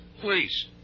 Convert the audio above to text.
Please